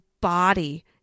body